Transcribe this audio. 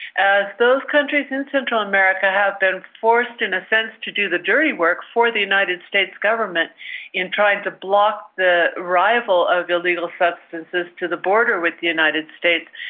as those countries in central america have been forced in a sense to do the dirty work for the united states government in trying to block the arrival of illegal substances to the border with the united states,